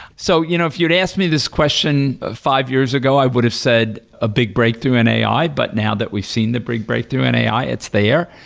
so you know if you'd ask me this question five years ago, i would have said a big breakthrough in ai, but now that we've seen the big breakthrough in ai, it's there,